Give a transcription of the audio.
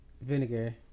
vinegar